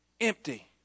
Empty